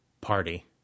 party